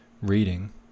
reading